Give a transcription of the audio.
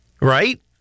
Right